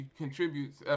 contributes